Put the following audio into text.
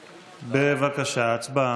בבקשה, הצבעה.